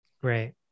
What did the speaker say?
Great